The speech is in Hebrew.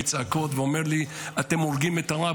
בצעקות אומר לי: אתם הורגים את הרב,